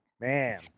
man